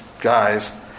guys